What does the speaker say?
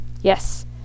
yes